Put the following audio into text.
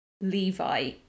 Levi